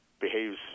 behaves